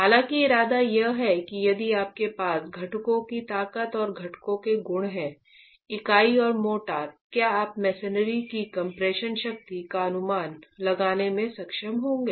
हालांकि इरादा यह है कि यदि आपके साथ घटकों की ताकत और घटकों के गुण हैं इकाई और मोर्टार क्या आप मेसेनरी की कम्प्रेशन शक्ति का अनुमान लगाने में सक्षम होंगे